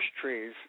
trees